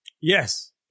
Yes